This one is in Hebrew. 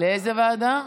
לאיזו ועדה?